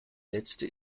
letzte